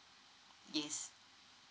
yes